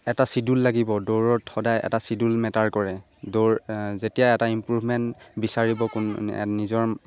এটা চিডুল লাগিব দৌৰত সদায় এটা চিডুল মেটাৰ কৰে দৌৰ যেতিয়া এটা ইমপ্ৰুভমেণ্ট বিচাৰিব কোন নিজৰ